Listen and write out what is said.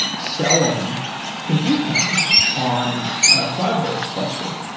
selling compute time on a cloudburst cluster.